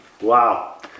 wow